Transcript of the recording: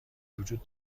وجود